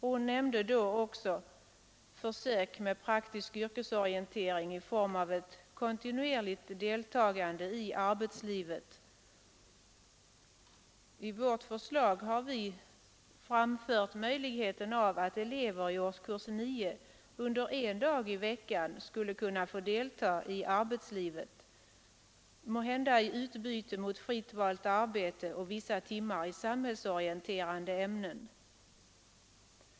Hon nämnde då också försök med praktisk yrkesorientering i form av ett kontinuerligt deltagande i arbetslivet. Vi föreslår att eleverna i årskurs nio under en dag i veckan får delta i arbetslivet, måhända i utbyte mot fritt valt arbete och vissa timmar i samhällsorienterande ämnen.